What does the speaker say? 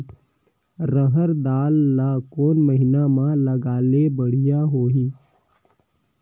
रहर दाल ला कोन महीना म लगाले बढ़िया होही?